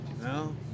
No